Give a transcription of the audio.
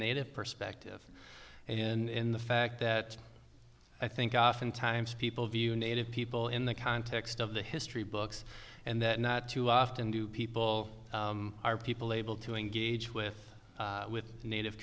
native perspective in the fact that i think oftentimes people view native people in the context of the history books and that not too often do people are people able to engage with with native